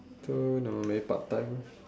don't know maybe part time